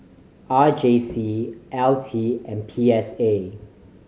R J C L T and P S A